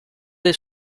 dei